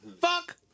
fuck